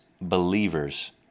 believers